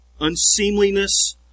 unseemliness